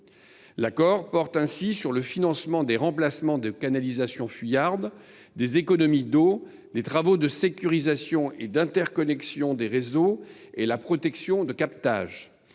L’accord porte sur le remplacement des canalisations fuyardes, les économies d’eau, les travaux de sécurisation et d’interconnexion des réseaux et la protection de captages.